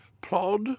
plod